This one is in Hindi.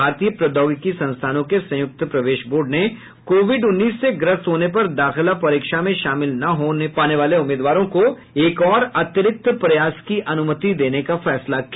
भारतीय प्रौद्योगिकी संस्थानों के संयुक्त प्रवेश बोर्ड ने कोविड उन्नीस से ग्रस्त होने पर दाखिला परीक्षा में शामिल न हो पाने वाले उम्मीदवारों को एक और अतिरिक्त प्रयास की अनुमति देने का फैसला किया